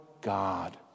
God